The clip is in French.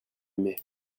aimé